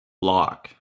block